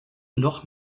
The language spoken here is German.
noch